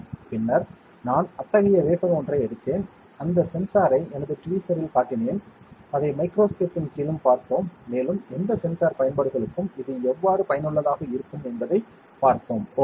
பின்னர் நான் அத்தகைய வேஃபர் ஒன்றை எடுத்தேன் அந்த சென்சாரை எனது டீவீஸர்ரில் காட்டினேன் அதை மைக்ரோஸ்கோப் இன் கீழும் பார்த்தோம் மேலும் எந்த சென்சார் பயன்பாடுகளுக்கும் இது எவ்வாறு பயனுள்ளதாக இருக்கும் என்பதைப் பார்த்தோம் ஓகே